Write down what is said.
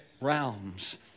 realms